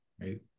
right